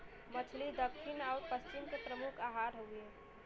मछली दक्खिन आउर पश्चिम के प्रमुख आहार हउवे